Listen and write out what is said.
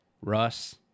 Russ